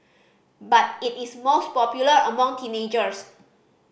but it is most popular among teenagers